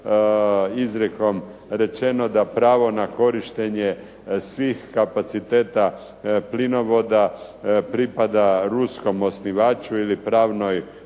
izrijekom rečeno da pravo na korištenje svih kapaciteta plinovoda pripada ruskom osnivaču ili pravnoj